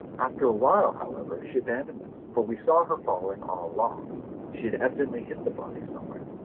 after a while, however, she abandoned this, for we saw her following all alone she had evidently hidden the body somewhere.